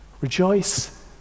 Rejoice